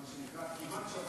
זה מה שנקרא כמעט שבת